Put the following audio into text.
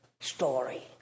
story